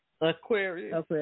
Aquarius